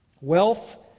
Wealth